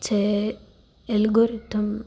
જે એલગોરિધમ